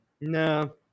No